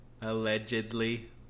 Allegedly